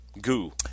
Goo